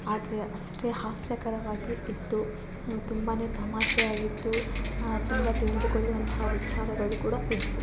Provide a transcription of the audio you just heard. ಆದರೆ ಅಷ್ಟೇ ಹಾಸ್ಯಕರವಾಗಿ ಇತ್ತು ತುಂಬಾ ತಮಾಷೆಯಾಗಿತ್ತು ತುಂಬ ತಿಳಿದುಕೊಳ್ಳುವಂತಹ ವಿಚಾರಗಳು ಕೂಡ ಇದ್ದವು